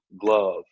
glove